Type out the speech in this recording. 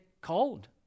cold